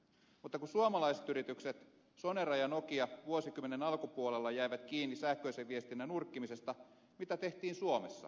mutta kun suomalaiset yritykset sonera ja nokia vuosikymmenen alkupuolella jäivät kiinni sähköisen viestinnän urkkimisesta mitä tehtiin suomessa